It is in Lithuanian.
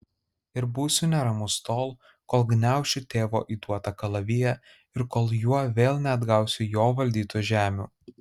ir būsiu neramus tol kol gniaušiu tėvo įduotą kalaviją ir kol juo vėl neatgausiu jo valdytų žemių